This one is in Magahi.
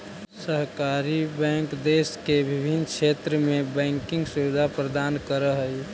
सहकारी बैंक देश के विभिन्न क्षेत्र में बैंकिंग सुविधा प्रदान करऽ हइ